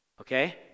Okay